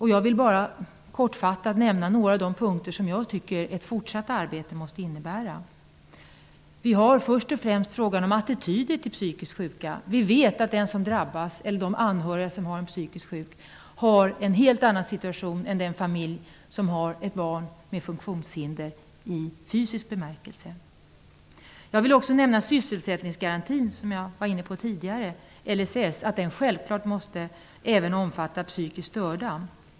Jag vill kortfattat nämna några av de punkter som ett fortsatt arbete måste innehålla. Vi har först och främst frågan om attityder till psykiskt sjuka. Vi vet att den som drabbas av psykisk sjukdom och anhöriga till psykiskt sjuka befinner sig i en helt annan situation än den familj som har ett barn med fysiska funktionshinder. Jag vill också nämna att sysselsättningsgarantin, som jag var inne på tidigare och som tas upp i LSS, självklart även måste omfatta psykiskt störda.